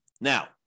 Now